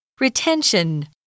Retention